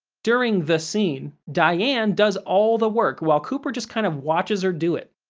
during the scene, diane does all the work while cooper just kind of watches her do it.